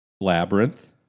Labyrinth